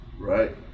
Right